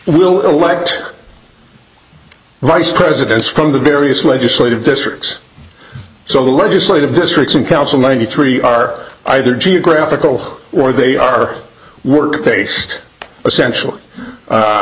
ll elect vice presidents from the various legislative districts so the legislative districts in council ninety three are either geographical or they are work based essential